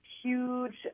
huge